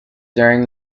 during